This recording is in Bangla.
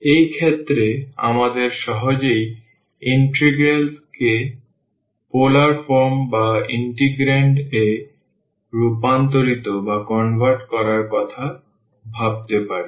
এই ক্ষেত্রে আমরা সহজেই ইন্টিগ্রালকে পোলার ফর্ম বা ইন্টেগ্র্যান্ড এ রূপান্তরিত করার কথা ভাবতে পারি